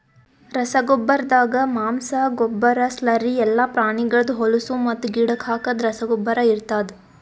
ರಸಗೊಬ್ಬರ್ದಾಗ ಮಾಂಸ, ಗೊಬ್ಬರ, ಸ್ಲರಿ ಎಲ್ಲಾ ಪ್ರಾಣಿಗಳ್ದ್ ಹೊಲುಸು ಮತ್ತು ಗಿಡಕ್ ಹಾಕದ್ ರಸಗೊಬ್ಬರ ಇರ್ತಾದ್